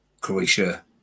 Croatia